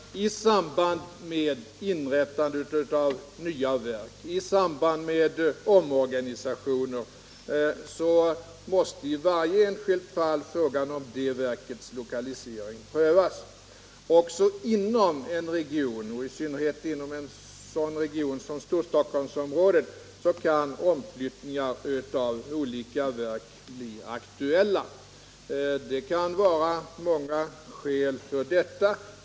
I samband med inrättandet av nya verk och i samband med omorganisationer måste i varje enskilt fall frågan om det verkets lokalisering prövas. Också inom en region, och i synnerhet inom en sådan region som Storstockholmsområdet, kan omflyttningar av olika verk bli aktuella. Det kan finnas många skäl för detta.